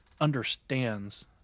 understands